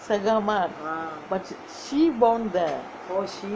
segamat she born there